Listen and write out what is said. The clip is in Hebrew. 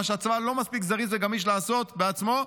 מה שהצבא לא מספיק זריז וגמיש לעשות בעצמו.